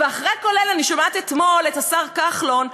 ואחרי כל אלה אני שומעת אתמול את השר כחלון כאן,